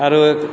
आओर